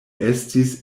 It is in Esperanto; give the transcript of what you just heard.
estis